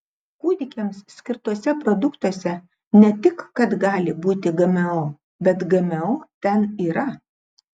kūdikiams skirtuose produktuose ne tik kad gali būti gmo bet gmo ten yra